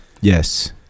yes